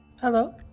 hello